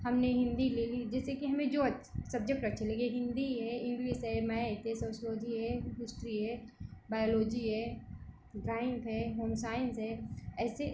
हमने हिन्दी ले ली जैसे कि हमें जो अच्छा सब्जेक्ट अच्छा लगे हिन्दी है इंग्लिस है मैथ है सोसलॉजी है हिस्ट्री है बायोलॉजी है ड्राइंग है होम साइंस है ऐसे